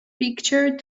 picture